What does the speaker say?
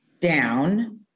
down